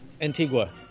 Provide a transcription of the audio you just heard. Antigua